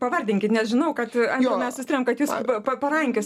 pavardinkit nes žinau kad andriau mes susitarėm kad jūs pa parankiosit